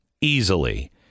easily